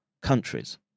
countries